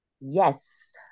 Yes